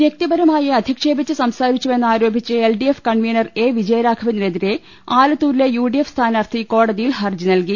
വ്യക്തിപരമായി അധിക്ഷേപിച്ച് സംസാരിച്ചുവെന്നാരോപിച്ച് L D F convener A വിജയരാഘവനെതിരെ ആല ത്തൂരിലെ യു ഡി എഫ് സ്ഥാനാർത്ഥി കോടതിയിൽ ഹർജി നൽകി